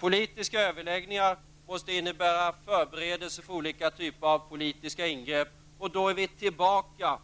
Politiska överläggningar måste ju innebära förberedelser för politiska ingrepp -- och då är vi tillbaka